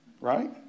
right